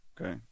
Okay